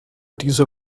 diese